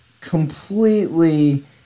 completely